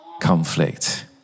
conflict